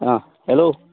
आं हॅलो